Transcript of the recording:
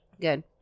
good